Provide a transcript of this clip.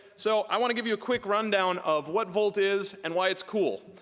so i want to give you a quick rundown of what volt is and why it's cool.